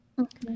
okay